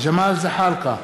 ג'מאל זחאלקה,